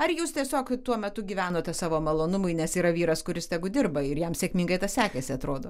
ar jūs tiesiog tuo metu gyvenote savo malonumui nes yra vyras kuris tegu dirba ir jam sėkmingai tas sekėsi atrodo